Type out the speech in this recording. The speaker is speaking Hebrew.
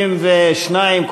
22,